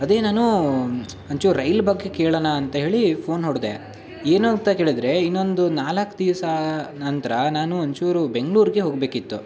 ಅದೇ ನಾನು ಒಂಚೂರು ರೈಲ್ ಬಗ್ಗೆ ಕೇಳಣ ಅಂತ ಹೇಳಿ ಫೋನ್ ಹೊಡೆದೆ ಏನು ಅಂತ ಕೇಳಿದರೆ ಇನ್ನೊಂದು ನಾಲ್ಕು ದಿವಸ ನಂತರ ನಾನು ಒಂಚೂರು ಬೆಂಗಳೂರ್ಗೆ ಹೋಗಬೇಕಿತ್ತು